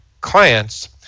clients